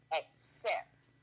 accept